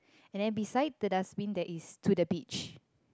and then beside the dustbin that is to the beach